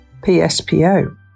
PSPO